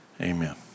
amen